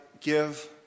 give